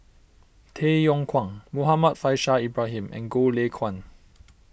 Tay Yong Kwang Muhammad Faishal Ibrahim and Goh Lay Kuan